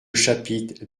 chapitre